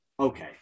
Okay